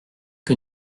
que